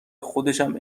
خودشم